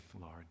Lord